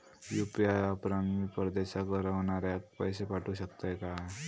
UPI वापरान मी परदेशाक रव्हनाऱ्याक पैशे पाठवु शकतय काय?